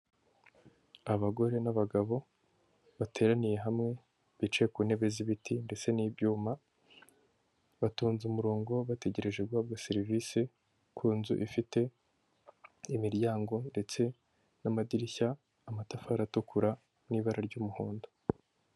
Abagore n'abagabo bateraniye hamwe, bicaye ku ntebe z'ibiti ndetse n'ibyuma, batonze umurongo bategereje guhabwa serivisi ku nzu, ifite imiryango ndetse n'amadirishya, amatafari atukura n'ibara ry'umuhondo.